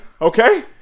Okay